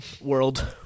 world